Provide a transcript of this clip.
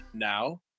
Now